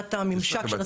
מבחינת הממשק של הצרכן.